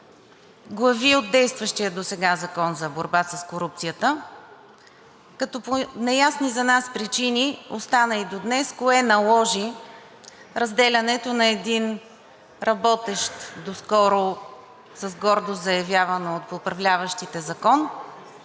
глави от действащия досега Закон за борба с корупцията, като по неясни за нас причини остана и до днес кое наложи разделянето на един работещ доскоро, с гордост заявявано от управляващите, закон.